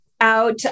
out